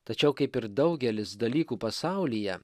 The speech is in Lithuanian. tačiau kaip ir daugelis dalykų pasaulyje